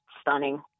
stunning